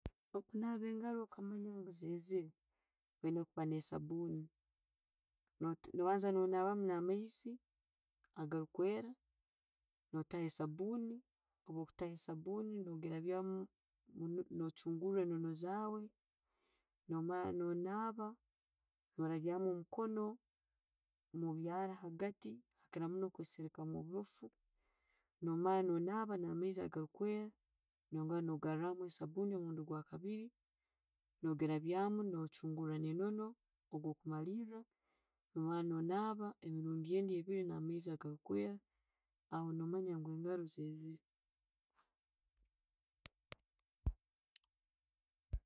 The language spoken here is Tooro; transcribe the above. Okunaba engaro okamanya ngu zezeere, oyina kuba na sabuuni, no- no banza nonabamu namaizi agakweera, notaho sabuumi. Obwokutayo sabuuni, no'girambyamu, no chunguura enono zaawe, no'mara no naaba, no rabyamu omukono mubyaraa hagaati obukiramunno okwesikeramu oburoofu. No omara, no nabba namaizi agarikwera, no maara, no garukamu esabuuni omurundi ogwakabiiri. No girabyamu, no chungura nenono ogwakumaliira. No'mara, no'naaba emirundi endi ebiiri na maizi agali kwera. Aho no'manya ngu engaro zezere.